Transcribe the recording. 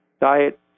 Diet